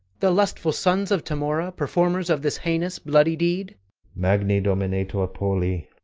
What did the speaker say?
the lustful sons of tamora performers of this heinous bloody deed magni dominator poli,